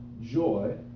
joy